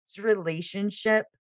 relationship